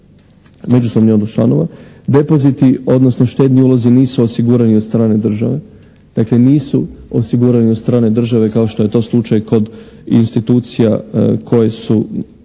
međusobni odnos članova. Depoziti odnosno štedni ulozi nisu osigurani od strane države, dakle nisu osigurani od strane države kao što je to slučaj kod institucija koje su